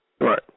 Right